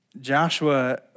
Joshua